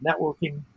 networking